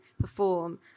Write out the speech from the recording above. perform